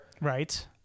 Right